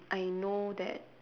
I know that